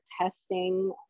testing